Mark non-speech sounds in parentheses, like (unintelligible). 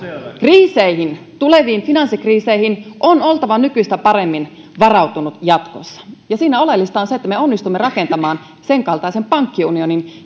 kriiseihin tuleviin finanssikriiseihin on oltava nykyistä paremmin varautunut jatkossa ja siinä oleellista on se että me onnistumme rakentamaan senkaltaisen pankkiunionin (unintelligible)